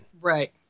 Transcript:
Right